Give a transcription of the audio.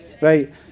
right